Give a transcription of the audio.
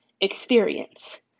experience